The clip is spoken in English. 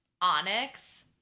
onyx